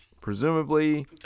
Presumably